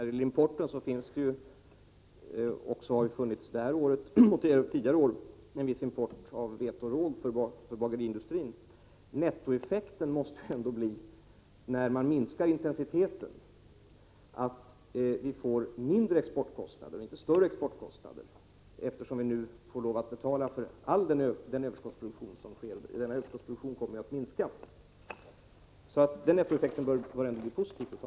Herr talman! Det sker ju under detta år liksom det har skett under tidigare år en viss import av vete och råg för bageriindustrin. Nettoeffekten, när man minskar intensiteten, måste bli att vi får lägre och inte högre exportkostnader, eftersom vi nu måste betala för all den överskottsproduktion som sker, och denna överskottsproduktion kommer ju att minska. Nettoeffekten bör alltså totalt sett bli positiv.